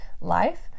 life